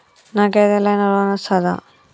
నాకు ఏదైనా లోన్ వస్తదా?